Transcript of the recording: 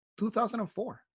2004